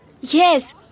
Yes